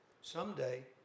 someday